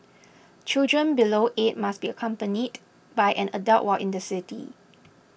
children below eight must be accompanied by an adult while in the city